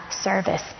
service